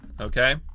Okay